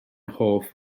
hoff